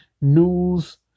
news